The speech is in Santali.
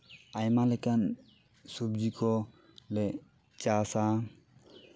ᱟᱭᱢᱟ ᱞᱮᱠᱟᱱ ᱥᱚᱵᱽᱡᱤ ᱠᱚᱞᱮ ᱪᱟᱥᱼᱟ